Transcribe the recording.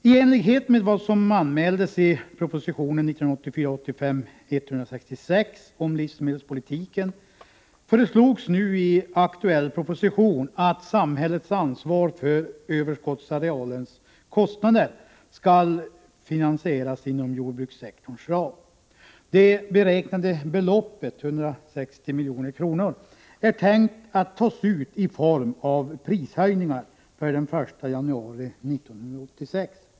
I enlighet med vad som anmäldes i proposition 1984/85:166 om livsmedelspolitiken föreslås i nu aktuell proposition att samhällets ansvar för överskottsarealens kostnader skall finansieras inom jordbrukssektorns ram. Det beräknade beloppet, 160 milj.kr., är tänkt att tas ut i form av prishöjningar per den 1 januari 1986.